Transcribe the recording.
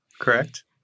correct